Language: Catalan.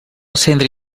centre